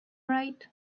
right